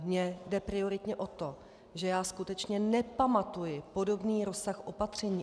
Mně jde prioritně o to, že já skutečně nepamatuji podobný rozsah opatření.